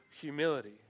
humility